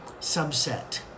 subset